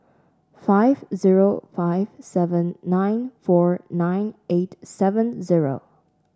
five zero five seven nine four nine eight seven zero